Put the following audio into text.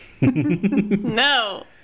no